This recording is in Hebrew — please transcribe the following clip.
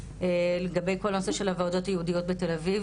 לגבי כל הנושא של הוועדות הייעודיות בתל-אביב,